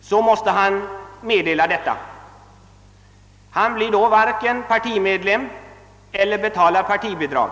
så måste han meddela detta. Han blir då inte partimedlem och betalar inte heller partibidrag.